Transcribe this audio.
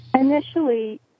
Initially